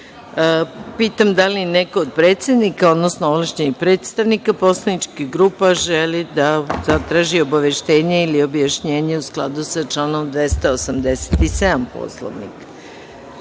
da li neko od predsednika, odnosno ovlašćenih predstavnika poslaničkih grupa, želi da zatraži obaveštenje ili objašnjenje, u skladu sa članom 287. Poslovnika? Reč